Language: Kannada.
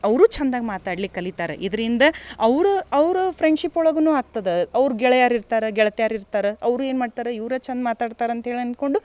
ಅವರು ಚಂದಗ್ ಮಾತಾಡ್ಲಿಕ್ಕೆ ಕಲಿತರೆ ಇದರಿಂದ ಅವರು ಅವರು ಫ್ರೆಂಡ್ಶಿಪ್ ಒಳಗುನು ಆಗ್ತದ ಅವ್ರ ಗೆಳೆಯರಿರ್ತರ ಗೆಳತ್ಯರಿರ್ತರ ಅವರು ಏನು ಮಾಡ್ತರ ಇವ್ರಾ ಚಂದ ಮಾತಾಡ್ತರ ಅಂತೇಳಿ ಅನ್ಕೊಂಡು